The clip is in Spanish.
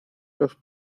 los